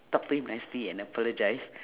talk to him nicely and apologise